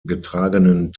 getragenen